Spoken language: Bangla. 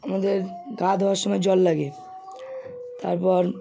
আমাদের গা ধোয়ার সময় জল লাগে তারপর